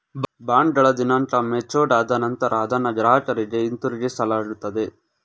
ಬಾಂಡ್ಗಳ ದಿನಾಂಕ ಮೆಚೂರ್ಡ್ ಆದ ನಂತರ ಅದನ್ನ ಗ್ರಾಹಕರಿಗೆ ಹಿಂತಿರುಗಿಸಲಾಗುತ್ತದೆ